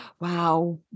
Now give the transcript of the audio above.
Wow